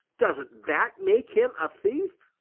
doesn't that make him a thief?